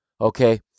Okay